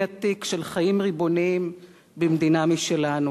עתיק של חיים ריבוניים במדינה משלנו,